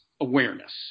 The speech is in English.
awareness